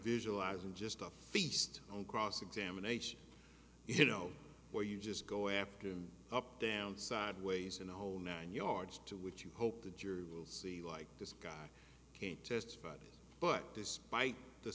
visualizing just a feast on cross examination you know where you just go after him up down sideways and the whole nine yards to which you hope the jury will see like this guy can't testified but despite the